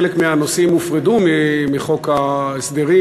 חלק מהנושאים הופרדו מחוק ההסדרים,